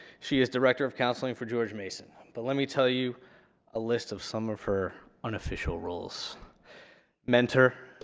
she is director of counseling for george mason, but let me tell you a list of some of her unofficial roles mentor,